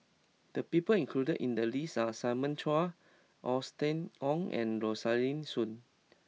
the people included in the list are Simon Chua Austen Ong and Rosaline Soon